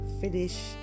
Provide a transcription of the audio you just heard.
Finish